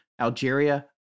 Algeria